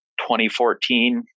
2014